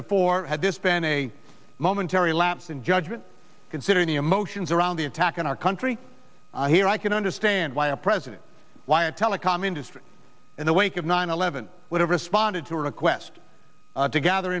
before had this been a momentary lapse in judgment considering the emotions around the attack in our country here i can understand why a president why a telecom industry in the wake of nine eleven would have responded to a request to gather